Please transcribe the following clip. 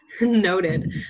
Noted